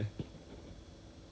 missing